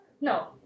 no